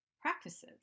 practices